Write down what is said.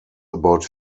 about